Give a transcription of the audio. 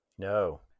No